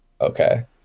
okay